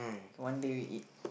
one day we eat